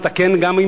לתקן גם,